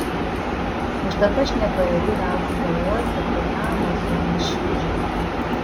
užtat aš nepajėgiu liautis galvojęs apie tą amazonės šliužą